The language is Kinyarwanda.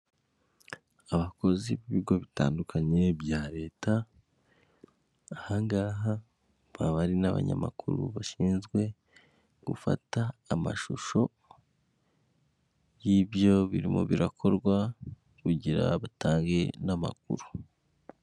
Abakozi b'ibigo bitandukanye bya leta, ahangaha baba ari n'abanyamakuru bashinzwe gufata amashusho y'ibyo birimo birakorwa kugira batange n'amakuru.